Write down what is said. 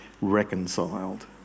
reconciled